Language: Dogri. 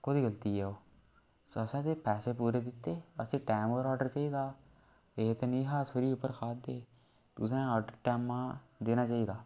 कोह्दी गलती ऐ ओह् असें ते पैसे पूरे दित्ते असें टैम पर आर्डर चाहिदा हा एह् ते नेईं हा अस फ्री उप्पर खा'रदे तुसें आर्डर टैमा दा देना चाहिदा